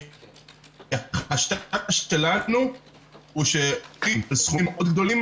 ההרגשה שלנו היא שהסיוע הוא בסכומים מאוד גדולים